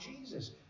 Jesus